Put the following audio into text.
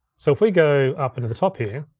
so if we go up into the top here,